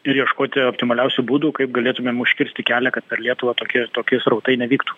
ir ieškoti optimaliausių būdų kaip galėtumėm užkirsti kelią kad per lietuvą tokie tokie srautai nevyktų